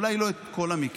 אולי לא את כל המקרים,